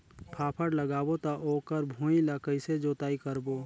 फाफण लगाबो ता ओकर भुईं ला कइसे जोताई करबो?